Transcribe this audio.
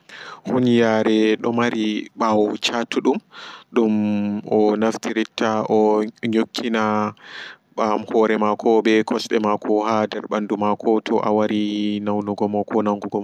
Aku daɓɓawa on dum wawata ɓolugo ɓe hunduko maako odo wawa haala gam mai odo ekkutugo demgal himɓe.